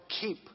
keep